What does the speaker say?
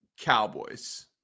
Cowboys